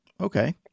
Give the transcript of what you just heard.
Okay